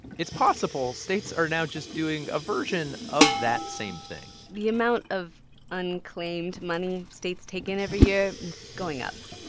it's possible states are now just doing a version of that same thing the amount of unclaimed money states take in every year, it's going up.